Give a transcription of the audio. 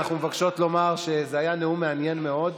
אנחנו מבקשות לומר שזה היה נאום מעניין מאוד.